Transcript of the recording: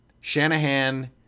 Shanahan